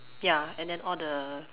ya and then all the